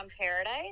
paradise